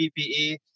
PPE